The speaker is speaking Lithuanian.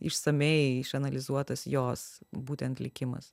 išsamiai išanalizuotas jos būtent likimas